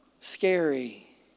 scary